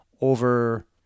over